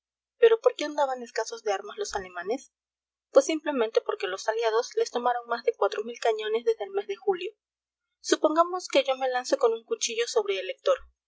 pero por qué andaban escasos de armas los alemanes pues simplemente porque los aliados les tomaron más de cuatro mil cañones desde el mes de julio supongamos que yo me lanzo con un cuchillo sobre el lector